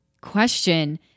question